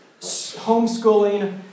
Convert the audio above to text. homeschooling